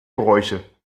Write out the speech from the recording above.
bräuche